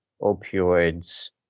opioids